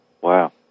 Wow